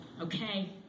Okay